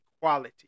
equality